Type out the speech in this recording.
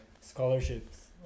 scholarships